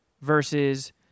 versus